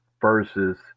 versus